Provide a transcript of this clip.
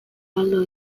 galdu